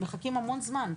מחכים המון זמן.